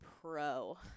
pro